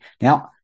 Now